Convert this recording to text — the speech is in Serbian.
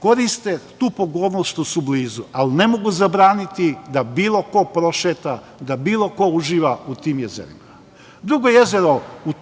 koriste tu pogodnost što su blizu, ali ne mogu zabraniti da bilo ko prošeta, da bilo ko uživa u tim jezerima. Drugo jezero u